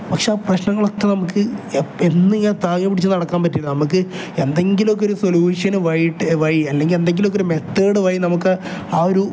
പക്ഷേ ആ പ്രശ്നങ്ങളൊക്കെ നമുക്ക് എന്ന് ഇങ്ങനെ താങ്ങി പിടിച്ച് നടക്കാൻ പറ്റില്ല നമുക്ക് എന്തെങ്കിലും ഒക്കെ ഒരു സൊല്യൂഷന് വഴി ഇട്ട് വഴി അല്ലെങ്കിൽ എന്തെങ്കിലുമൊക്കെ ഒരു മെത്തേഡ് വഴി നമുക്ക് ആ ഒരു